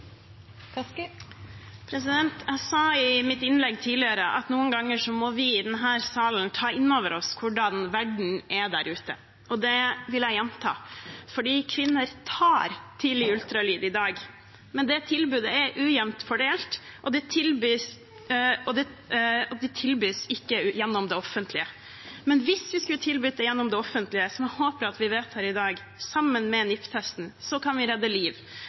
Jeg sa i mitt innlegg tidligere at noen ganger må vi i denne salen ta inn over oss hvordan verden er der ute, og det vil jeg gjenta. For kvinner tar tidlig ultralyd i dag, men det tilbudet er ujevnt fordelt, og det tilbys ikke gjennom det offentlige. Men hvis vi skulle tilbydd det gjennom det offentlige, som jeg håper at vi vedtar i dag, sammen med NIPT-testen, kan vi redde liv,